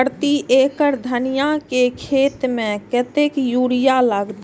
प्रति एकड़ धनिया के खेत में कतेक यूरिया लगते?